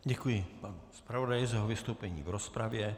Děkuji panu zpravodaji za jeho vystoupení v rozpravě.